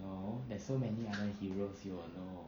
no there's so many other heroes you all know